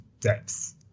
depth